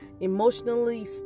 emotionally